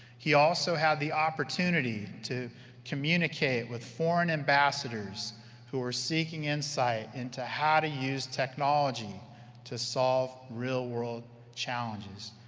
he also had the opportunity to communicate with foreign ambassadors who were seeking insight into how to use technology to solve real-world challenges.